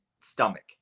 stomach